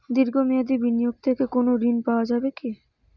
দীর্ঘ মেয়াদি বিনিয়োগ থেকে কোনো ঋন পাওয়া যাবে কী?